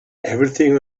everything